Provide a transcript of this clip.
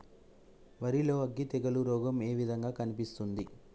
వరి లో అగ్గి తెగులు రోగం ఏ విధంగా కనిపిస్తుంది?